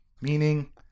Meaning